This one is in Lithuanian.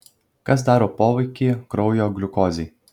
kas daro poveikį kraujo gliukozei